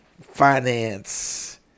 finance